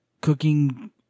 cooking